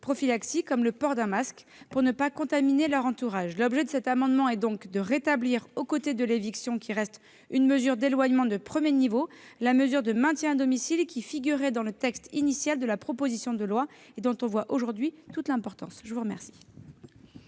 comme le port d'un masque, afin de ne pas contaminer leur entourage. L'objet de cet amendement est donc de rétablir, aux côtés de l'éviction qui reste une mesure d'éloignement de premier niveau, la mesure de maintien à domicile qui figurait dans le texte initial de la proposition de loi et dont on voit aujourd'hui toute l'importance. Quel